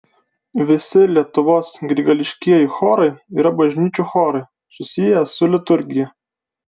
visi lietuvos grigališkieji chorai yra bažnyčių chorai susiję su liturgija